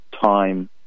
time